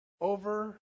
over